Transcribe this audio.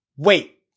Wait